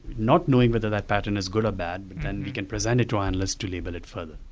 not knowing whether that pattern is good or bad, but then we can present it to our analysts to label it further.